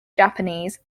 japanese